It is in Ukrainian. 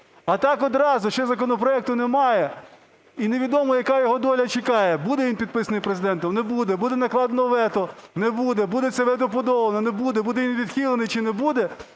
А так одразу, ще законопроекту немає і невідомо, яка його доля чекає: буде він підписаний Президентом, не буде, буде накладено вето, не буде, буде це вето подолано, не буде, буде він відхилений, чи не буде,